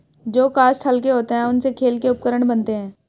जो काष्ठ हल्के होते हैं, उनसे खेल के उपकरण बनते हैं